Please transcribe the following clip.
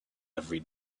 every